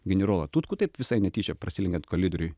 generolą tutkų taip visai netyčia prasilenkiant koridoriuj